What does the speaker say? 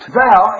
thou